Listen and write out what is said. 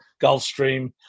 Gulfstream